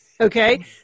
Okay